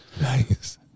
Nice